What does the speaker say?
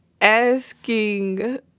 asking